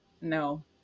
no